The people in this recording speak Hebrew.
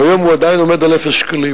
כיום הוא עדיין עומד על אפס שקלים,